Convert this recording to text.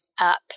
up